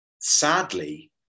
sadly